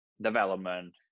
development